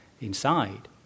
inside